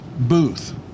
booth